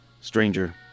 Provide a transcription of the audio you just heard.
Stranger